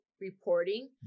reporting